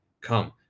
Come